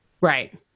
right